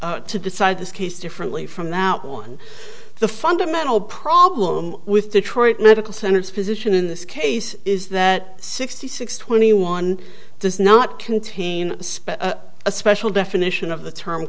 reach to decide this case differently from now on the fundamental problem with detroit medical center its position in this case is that sixty six twenty one does not contain spent a special definition of the term